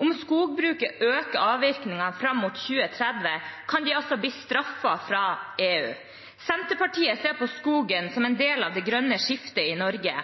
Om skogbruket øker avvirkningen fram mot 2030, kan de bli straffet av EU. Senterpartiet ser på skogen som en del av det grønne skiftet i Norge.